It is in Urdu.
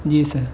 جی سر